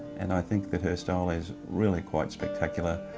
and i think that her style is really quite spectacular.